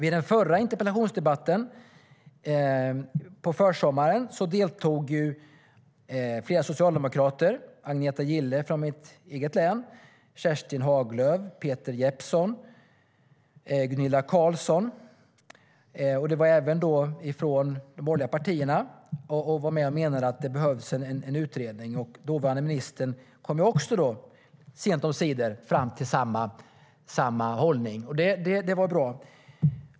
I den förra interpellationsdebatten på försommaren deltog flera socialdemokrater. Det var Agneta Gille från mitt eget län, Kerstin Haglö, Peter Jeppsson och Gunilla Carlsson. Det var även deltagare från de borgerliga partierna. De menade att det behövs en utredning, och dåvarande ministern kom också sent omsider fram till samma hållning, vilket var bra.